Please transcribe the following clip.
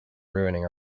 ruining